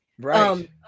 right